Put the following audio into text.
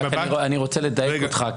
אני רוצה לדייק אותך,